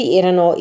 erano